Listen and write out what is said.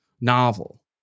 novel